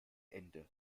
ende